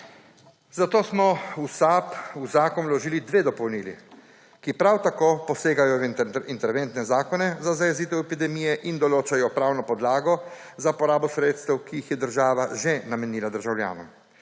Zato smo v SAB v zakon vložili dve dopolnili, ki prav tako posegata v interventne zakone za zajezitev epidemije in določata pravno podlago za porabo sredstev, ki jih je država že namenila državljanom.